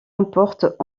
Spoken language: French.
emportent